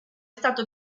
stato